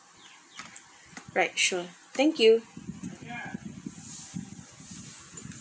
right sure thank you